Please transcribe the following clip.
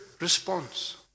response